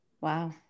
Wow